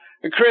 Chris